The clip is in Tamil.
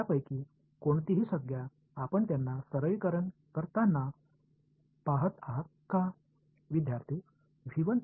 எனவே இந்த முழு விஷயம்dV இங்கே அதைத்தான் நாம் செய்யப் போகிறோம்